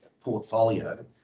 portfolio